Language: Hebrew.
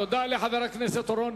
תודה לחבר הכנסת אורון.